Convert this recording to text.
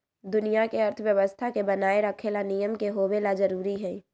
दुनिया के अर्थव्यवस्था के बनाये रखे ला नियम के होवे ला जरूरी हई